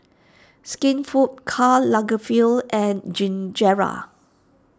Skinfood Karl Lagerfeld and